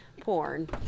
porn